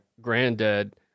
granddad